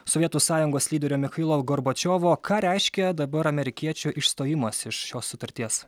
sovietų sąjungos lyderio michailo gorbačiovo ką reiškia dabar amerikiečio išstojimas iš šios sutarties